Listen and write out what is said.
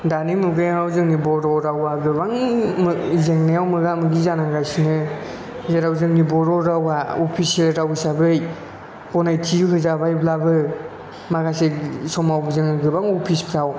दानि मुगायाव जोंनि बर' रावा गोबां जेंनायाव मोगा मोगि जानांगासिनो जेराव जोंनि बर' रावा अफिसियेल राव हिसाबै गनायथि होजाबायब्लाबो माखासे समाव जों गोबां अफिसफ्राव